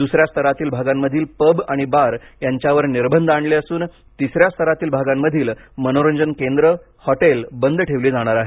दुसऱ्या स्तरातील भागामधील पब आणि बार यांच्यावर निर्बंध आणले असून तिसऱ्या स्तरातील भागांमधील मनोरंजन केंद्रे हॉटेल बंद ठेवली जाणार आहेत